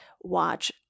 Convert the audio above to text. watch